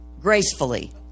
gracefully